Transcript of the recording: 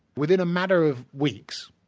within a matter of weeks,